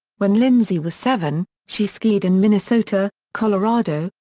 when lindsey was seven, she skied in minnesota, colorado,